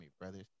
Brothers